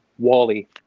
Wally